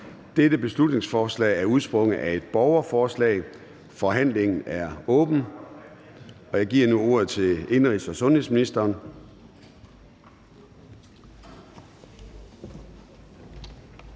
Dette beslutningsforslag er udsprunget af et borgerforslag. Forhandlingen er åbnet, og jeg giver nu ordet til indenrigs- og sundhedsministeren.